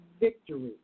victory